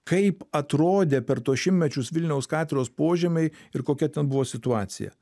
kaip atrodė per tuos šimtmečius vilniaus katedros požemiai ir kokia ten buvo situacija